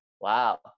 wow